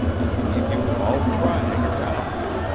and leave you all crying around me.